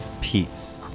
peace